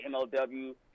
MLW